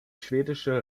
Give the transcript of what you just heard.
schwedische